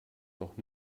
doch